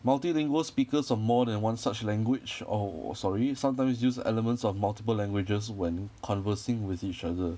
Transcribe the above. multilingual speakers of more than one such language orh sorry sometimes used elements of multiple languages when conversing with each other